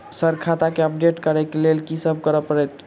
Sir खाता केँ update करऽ लेल की सब करै परतै?